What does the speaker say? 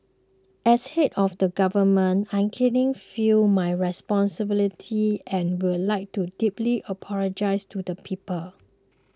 as head of the government I keenly feel my responsibility and would like to deeply apologise to the people